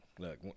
Look